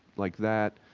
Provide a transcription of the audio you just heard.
like that.